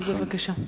בבקשה.